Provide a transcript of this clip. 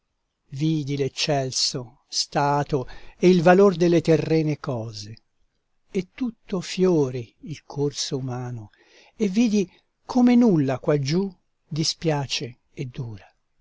vidi l'eccelso stato e il valor delle terrene cose e tutto fiori il corso umano e vidi come nulla quaggiù dispiace e dura